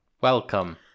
Welcome